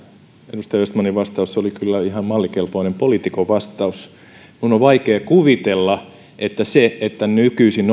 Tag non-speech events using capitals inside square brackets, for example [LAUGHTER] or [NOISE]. edustaja östmanin vastaus oli kyllä ihan mallikelpoinen poliitikon vastaus minun on vaikea kuvitella että nykyisin [UNINTELLIGIBLE]